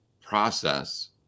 process